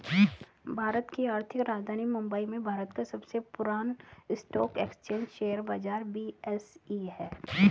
भारत की आर्थिक राजधानी मुंबई में भारत का सबसे पुरान स्टॉक एक्सचेंज शेयर बाजार बी.एस.ई हैं